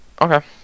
Okay